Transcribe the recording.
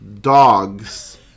Dogs